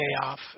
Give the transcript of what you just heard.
payoff